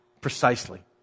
Precisely